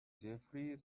jeffery